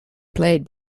played